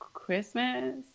Christmas